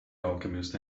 alchemist